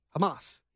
Hamas